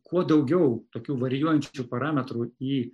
kuo daugiau tokių varijuojančių parametrų į